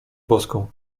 boską